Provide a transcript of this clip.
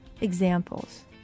examples